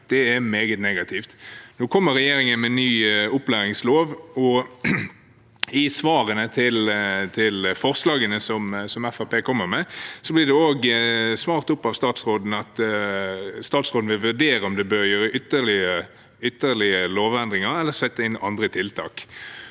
Det er meget negativt. Nå kommer regjeringen med ny opplæringslov, og i svarene på forslagene som Fremskrittspartiet kommer med, blir det også svart av statsråden at statsråden vil vurdere om det bør gjøres ytterligere lovendringer eller settes inn andre tiltak.